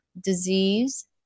disease